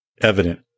evident